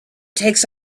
takes